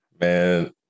Man